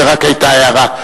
זו רק היתה הערה.